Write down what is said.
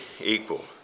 equal